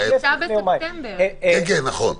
נכון.